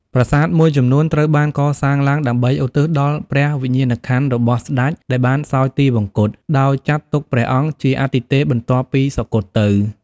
ប្រាសាទមួយចំនួនត្រូវបានកសាងឡើងដើម្បីឧទ្ទិសដល់ព្រះវិញ្ញាណក្ខន្ធរបស់ស្ដេចដែលបានសោយទិវង្គត ដោយចាត់ទុកព្រះអង្គជាអាទិទេពបន្ទាប់ពីសុគតទៅ។